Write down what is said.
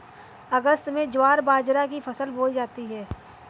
अगस्त में ज्वार बाजरा की फसल बोई जाती हैं